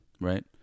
right